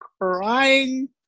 crying